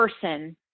person